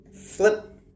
Flip